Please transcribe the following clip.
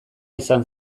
izan